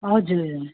हजुर